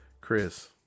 chris